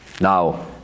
Now